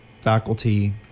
faculty